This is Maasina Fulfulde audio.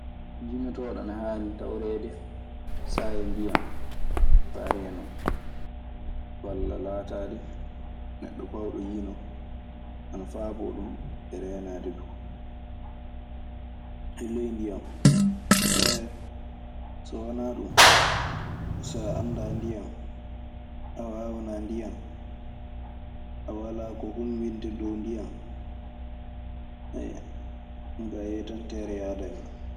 Jinotooɗo ana haani tawreede saayo ndiyan, faa reenoo. Walla laataade neɗɗo baawɗo yino. Ana faaboo ɗun e reenaade du e ley ndiyan. So wanaa ɗun saa anndaa ndiyan, a waawanaa ndiyan, a walaa ko humbintee dow ndiya. Ɗun kaa a yehii tan, teer yaadan e maa.